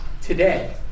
today